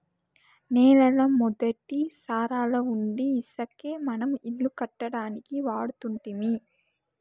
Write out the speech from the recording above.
నేలల మొదటి సారాలవుండీ ఇసకే మనం ఇల్లు కట్టడానికి వాడుతుంటిమి